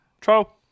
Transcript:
Troll